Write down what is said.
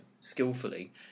skillfully